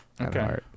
Okay